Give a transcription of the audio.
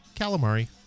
Calamari